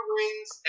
wins